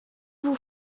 vous